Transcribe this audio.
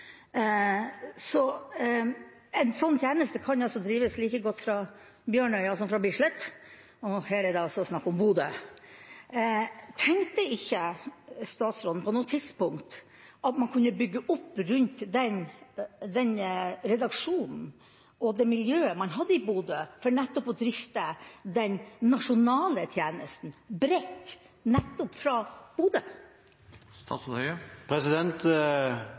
En sånn tjeneste kan drives like godt fra Bjørnøya som fra Bislett – her er det altså snakk om Bodø. Tenkte ikke statsråden på noe tidspunkt at man kunne bygge opp rundt denne redaksjonen og det miljøet man hadde i Bodø, til å drifte den nasjonale tjenesten bredt fra nettopp